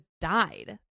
died